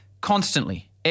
constantly